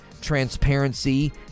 transparency